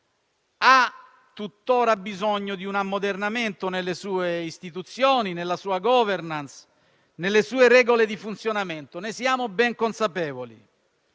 ha tuttora bisogno di un ammodernamento nelle sue istituzioni, nella sua *governance*, nelle sue regole di funzionamento. Ne siamo ben consapevoli.